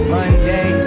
Monday